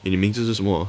eh 你名字是什么 ah